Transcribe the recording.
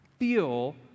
feel